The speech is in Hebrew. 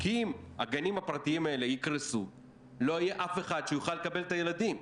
כי אם הגנים הפרטיים האלו יקרסו לא יהיה אף אחד שיוכל לקבל את הילדים,